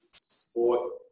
sport